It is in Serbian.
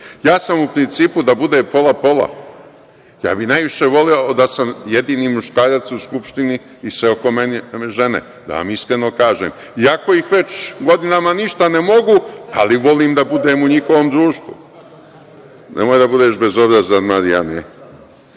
sam u principu da bude pola, pola, ja bih najviše voleo da sam jedini muškarac u Skupštini i sve oko mene žene, da vam iskreno kažem, i ako već godinama ništa ne mogu, ali volim da budem u njihovom društvu. Nemoj da budeš bezobrazan Marijane. Dakle,